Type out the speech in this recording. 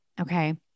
Okay